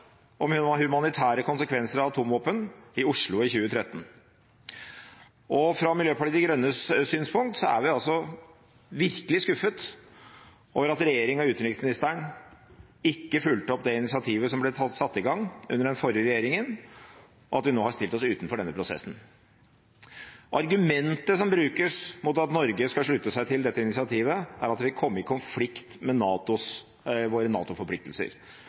om de humanitære konsekvenser av atomvåpen i Oslo i 2013, og fra Miljøpartiet De Grønnes synspunkt er vi virkelig skuffet over at regjeringen og utenriksministeren ikke fulgte opp det initiativet som ble satt i gang under den forrige regjeringen, og at vi nå har stilt oss utenfor denne prosessen. Argumentet som brukes mot at Norge skal slutte seg til dette initiativet, er at det vil komme i konflikt med våre NATO-forpliktelser. Det er påviselig feil. NATOs